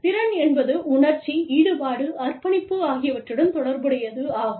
திறன் என்பது உணர்ச்சி ஈடுபாடு அர்ப்பணிப்பு ஆகியவற்றுடன் தொடர்புடையது ஆகும்